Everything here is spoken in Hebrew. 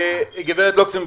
גב' לוקסמבורג,